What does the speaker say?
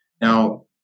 Now